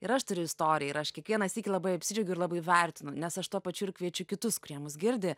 ir aš turiu istoriją ir aš kiekvieną sykį labai apsidžiaugiu ir labai vertinu nes aš tuo pačiu ir kviečiu kitus kurie mus girdi